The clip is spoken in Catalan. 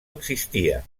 existia